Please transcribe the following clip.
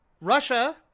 Russia